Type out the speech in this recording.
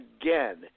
again